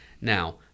Now